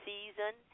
Season